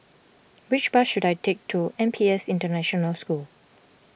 which bus should I take to N P S International School